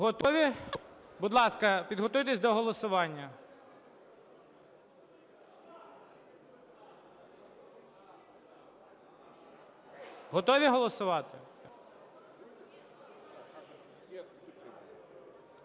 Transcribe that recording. Готові? Будь ласка, підготуйтесь до голосування. Готові голосувати?